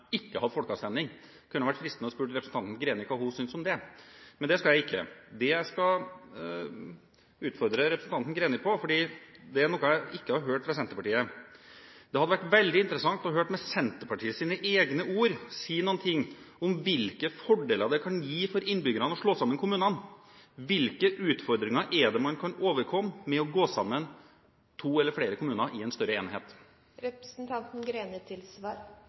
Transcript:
ikke hadde folkeavstemning. Det kunne vært fristende å spørre representanten Greni hva hun synes om det, men det skal jeg ikke. Jeg skal utfordre representanten Greni på noe annet, fordi det er noe jeg ikke har hørt fra Senterpartiet. Det hadde vært veldig interessant å høre Senterpartiet si med egne ord hvilke fordeler det kan gi innbyggerne å slå sammen kommunene. Hvilke utfordringer er det man kan overkomme med å gå sammen to eller flere kommuner i en større